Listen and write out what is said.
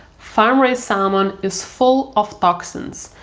farm raised salmon is full of toxins,